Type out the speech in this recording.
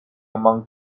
among